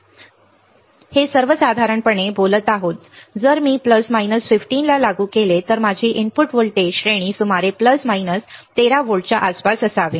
हे सर्वसाधारणपणे आम्ही सर्वसाधारणपणे बोलत आहोत जर मी प्लस वजा 15 ला लागू केले तर माझी इनपुट व्होल्टेज श्रेणी सुमारे वजा 13 व्होल्टच्या आसपास असावी